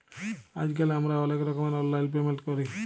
আইজকাল আমরা অলেক রকমের অললাইল পেমেল্ট ক্যরি